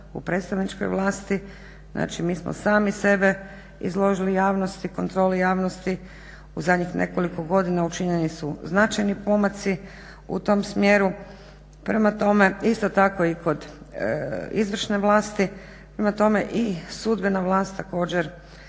u predstavničkoj vlasti, znači mi smo sami sebe izložili javnosti, kontroli javnosti. U zadnjih nekoliko godina učinjeni su značajni pomaci u tom smjeru, prema tome isto tako i kod izvršne vlasti, prema tome i sudbena vlast također